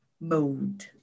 mode